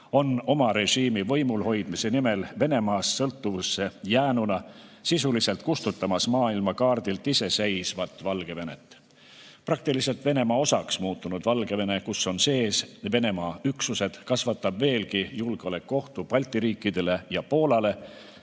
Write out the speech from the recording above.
on oma režiimi võimulhoidmise nimel Venemaast sõltuvusse jäänuna sisuliselt kustutamas maailmakaardilt iseseisvat Valgevenet. Praktiliselt Venemaa osaks muutunud Valgevene, kus on sees Venemaa üksused, kasvatab veelgi julgeolekuohtu Balti riikidele ja Poolale.